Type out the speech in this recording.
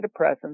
antidepressants